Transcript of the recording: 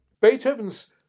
Beethoven's